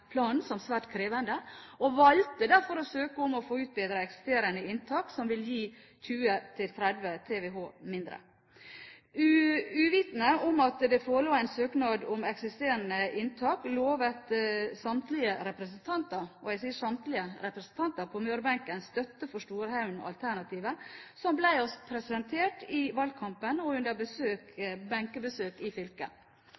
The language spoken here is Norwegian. som svært krevende og valgte derfor å søke om å få utbedre eksisterende inntak, som vil gi 20–30 TWh mindre. Uvitende om at det forelå en søknad om eksisterende inntak, lovet samtlige representanter på Mørebenken – og jeg sier samtlige representanter – støtte for Storhaugen-alternativet, som ble oss presentert i valgkampen og under